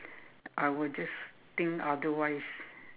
I will just think otherwise